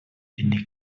ende